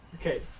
Okay